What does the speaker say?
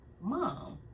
mom